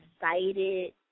excited